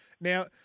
Now